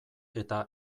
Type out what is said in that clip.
eta